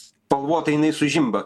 spalvotai jinai sužimba